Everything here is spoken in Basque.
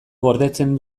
gordetzen